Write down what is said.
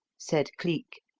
said cleek,